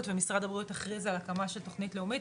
ומשרד הבריאות הכריז על הקמה של תוכנית לאומית,